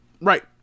Right